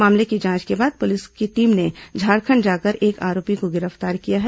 मामले की जांच के बाद पुलिस की टीम ने झारखंड जाकर एक आरोपी को गिरफ्तार किया है